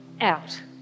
out